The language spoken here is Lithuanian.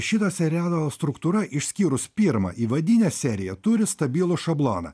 šito serialo struktūra išskyrus pirmą įvadinę seriją turi stabilų šabloną